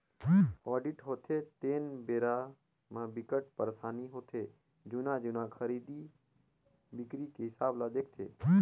audit होथे तेन बेरा म बिकट परसानी होथे जुन्ना जुन्ना खरीदी बिक्री के हिसाब ल देखथे